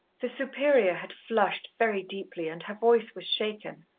the superior had flushed very deeply, and her voice was shaken,